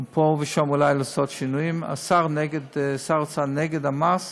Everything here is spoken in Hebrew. פה ושם אולי לעשות שינויים, שר האוצר נגד המס,